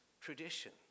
tradition